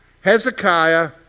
Hezekiah